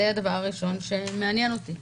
זה הדבר הראשון שמעניין אותי.